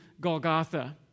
Golgotha